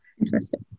interesting